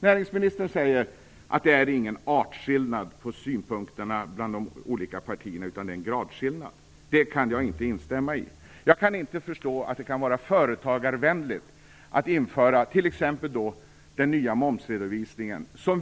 Näringsministern säger att det inte är någon artskillnad på synpunkterna bland de olika partierna utan att det är en gradskillnad. Det kan jag inte instämma i. Jag kan inte förstå att det kan vara företagarvänligt att införa t.ex. den nya momsredovisningen.